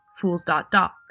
Fools.doc